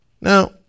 Now